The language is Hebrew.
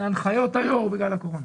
הנחיות היושב ראש בגלל הקורונה.